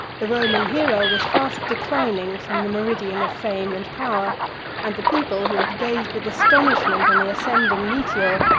the roman hero was fast declining from the meridian of fame and power and the people, who had gazed with astonishment on the ascending meteor,